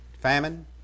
famine